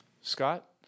Scott